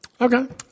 Okay